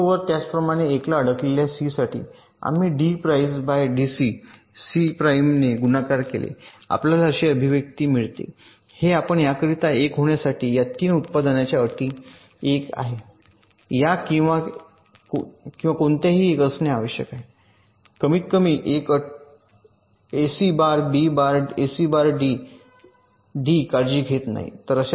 त्याचप्रमाणे १ ला अडकलेल्या सी साठी आम्ही डी प्राइज डीसी सी प्राइमने गुणाकार केले आपल्याला असे अभिव्यक्ती मिळते हे आणि याकरिता 1 होण्यासाठी या तीन उत्पादनांच्या अटी 1 या किंवा या किंवा या कोणत्याही 1 असणे आवश्यक आहे कमीतकमी तर अटी AC bar D bar AC bar D bar D काळजी घेत नाहीत आणि तशाच आहेत या